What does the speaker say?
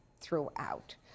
throughout